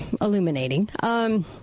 illuminating